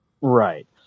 Right